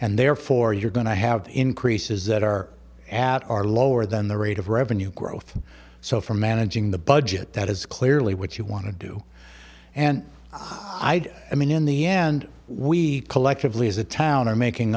and therefore you're going to have increases that are at are lower than the rate of revenue growth so for managing the budget that is clearly what you want to do and i mean in the end we collectively as a town are making